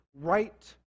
right